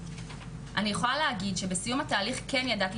אני יכולה להגיד שבסיום התהליך כן ידעתי